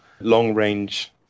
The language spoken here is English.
long-range